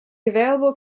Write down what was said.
available